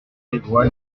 prévoit